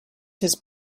his